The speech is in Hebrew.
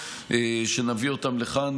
ונביא אותן לכאן,